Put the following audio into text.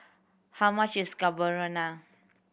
how much is